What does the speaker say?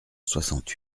soixante